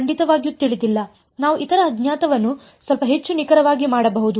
ಖಂಡಿತವಾಗಿಯೂ ತಿಳಿದಿಲ್ಲ ನಾವು ಇತರ ಅಜ್ಞಾತವನ್ನು ಸ್ವಲ್ಪ ಹೆಚ್ಚು ನಿಖರವಾಗಿ ಮಾಡಬಹುದು